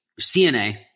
CNA